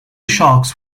sharks